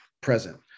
present